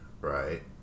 Right